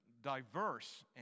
diverse